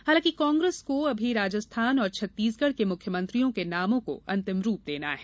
हालांकि कांग्रेस को अभी राजस्थान और छत्तीसगढ़ के मुख्य मंत्रियों के नामों को अंतिम रूप देना है